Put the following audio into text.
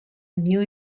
new